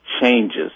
changes